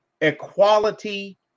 equality